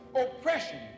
oppression